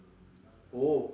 oh